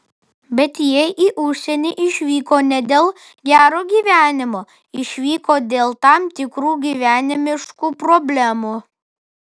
bet jie į užsienį išvyko ne dėl gero gyvenimo išvyko dėl tam tikrų gyvenimiškų problemų